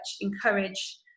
encourage